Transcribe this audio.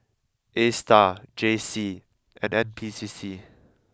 A s t a r J C and N P C C